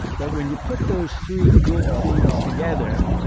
but when you put those three good things together,